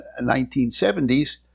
1970s